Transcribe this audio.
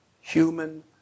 human